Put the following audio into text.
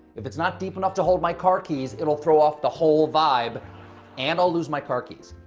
if it's not deep enough to hold my car keys it will throw off the whole vibe and i'll lose my car keys.